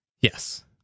Yes